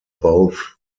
both